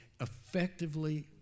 effectively